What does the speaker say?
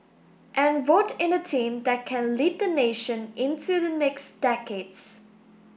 and vote in a team that can lead the nation into the next decades